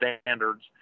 standards